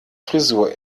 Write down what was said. frisur